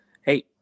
hey